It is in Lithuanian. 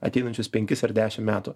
ateinančius penkis ar dešimt metų